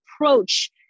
approach